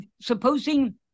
Supposing